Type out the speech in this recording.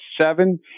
seven